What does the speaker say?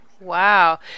Wow